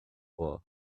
poor